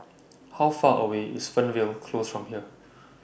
How Far away IS Fernvale Close from here